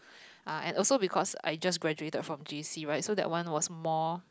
uh and also because I just graduated from J_C right so that one was more